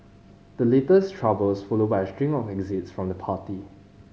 the latest troubles follow a string of exits from the party